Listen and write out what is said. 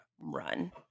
run